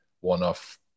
one-off